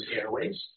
airways